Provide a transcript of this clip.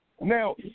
Now